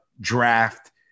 draft